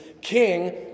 king